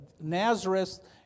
Nazareth